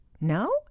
No